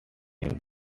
him